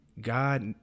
god